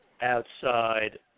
outside